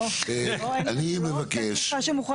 אני מבקש.